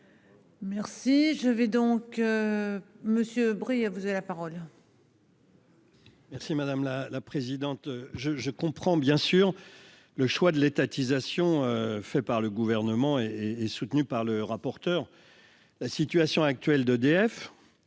Merci je vais donc. Monsieur Aubry. Ah vous avez la parole. Merci madame la présidente, je, je comprends bien sûr. Le choix de l'étatisation. Fait par le gouvernement et est soutenu par le rapporteur. La situation actuelle d'EDF.